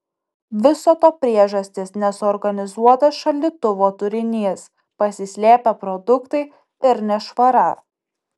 viso to priežastys nesuorganizuotas šaldytuvo turinys pasislėpę produktai ir nešvara